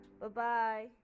Bye-bye